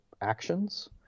actions